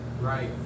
right